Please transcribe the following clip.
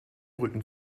rücken